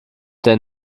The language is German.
der